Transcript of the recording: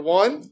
one